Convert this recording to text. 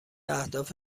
اهداف